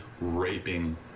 raping